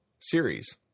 series